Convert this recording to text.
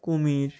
কুমির